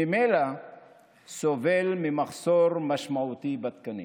שממילא סובל ממחסור משמעותי בתקנים.